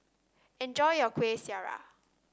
enjoy your Kueh Syara